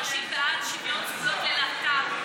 אנשים בעד שוויון זכויות ללהט"ב.